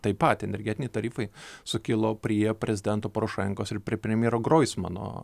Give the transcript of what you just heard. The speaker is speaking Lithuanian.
taip pat energetiniai tarifai sukilo prie prezidento porošenkos ir prie premjero groismano